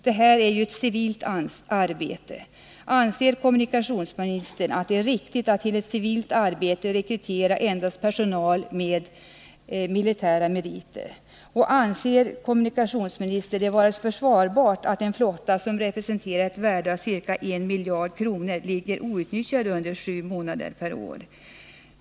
Detta är ju ett civilt arbete. Anser kommunikationsministern att det är riktigt att till ett civilt arbete rekrytera endast personal med militära meriter? Anser kommunikationsministern det vara försvarbart att en flotta, som representerar ett värde av ca 1 miljard kronor, ligger outnyttjad under sju månader per år?